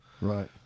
Right